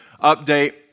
update